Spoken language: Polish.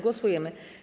Głosujemy.